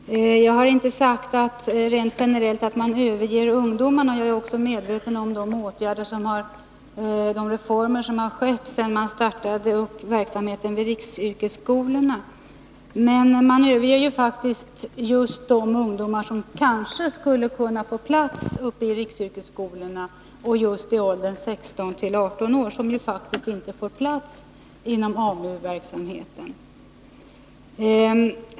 Herr talman! Jag har inte sagt rent generellt att man överger ungdomarna. Jag är också medveten om de reformer som har genomförts sedan verksamheten startades vid riksyrkesskolorna. Men man överger faktiskt just de ungdomar som kanske skulle kunna få plats vid riksyrkesskolorna, ungdomar just i åldern 16-18 år som inte får plats inom AMU-verksamheten.